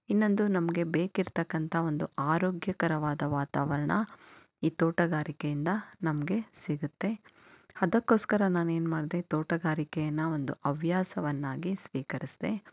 ಇನ್ನೊಂದು ನಮಗೆ ಬೇಕಿರ್ತಕ್ಕಂಥ ಒಂದು ಆರೋಗ್ಯಕರವಾದ ವಾತಾವರಣ ಈ ತೋಟಗಾರಿಕೆಯಿಂದ ನಮಗೆ ಸಿಗುತ್ತೆ ಅದಕ್ಕೋಸ್ಕರ ನಾನು ಏನು ಮಾಡ್ದೆ ತೋಟಗಾರಿಕೆಯನ್ನು ಒಂದು ಹವ್ಯಾಸವನ್ನಾಗಿ ಸ್ವೀಕರಿಸಿದೆ